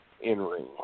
in-ring